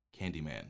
Candyman